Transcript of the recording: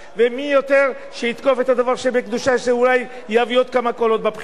ומי שיותר יתקוף את הדבר שבקדושה אולי יביא עוד כמה קולות בבחירות.